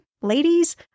ladies